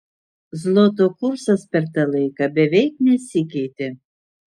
zloto kursas per tą laiką beveik nesikeitė